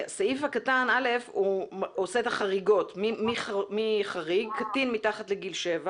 סעיף קטן (א) קובע את החריגים: קטין מתחת לגיל 7,